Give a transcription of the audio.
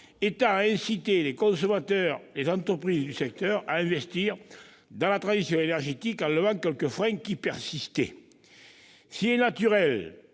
outre à inciter les consommateurs et les entreprises du secteur à investir dans la transition énergétique en levant quelques freins qui demeuraient. S'il est naturel